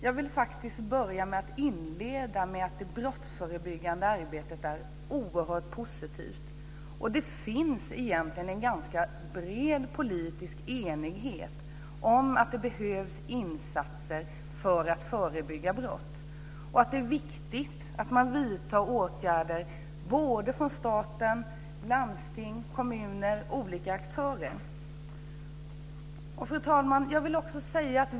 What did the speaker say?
Fru talman! Jag vill inleda med att det brottsförebyggande arbetet är oerhört positivt. Det finns en ganska bred politisk enighet om att det behövs insatser för att förebygga brott och att det är viktigt att vidta åtgärder från staten, landstingen, kommunerna och olika aktörer. Fru talman!